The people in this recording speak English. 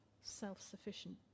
self-sufficient